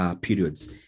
periods